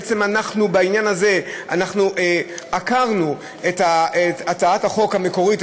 בעצם בעניין הזה אנחנו עקרנו את הצעת החוק המקורית,